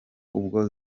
ubwo